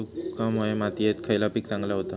वालुकामय मातयेत खयला पीक चांगला होता?